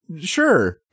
sure